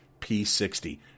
P60